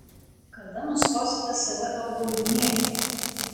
kada nustosite save apgaudinėti